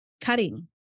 cutting